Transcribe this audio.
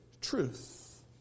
truth